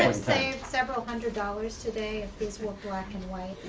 and saved several hundred dollars today black and white